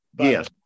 Yes